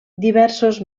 diversos